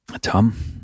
Tom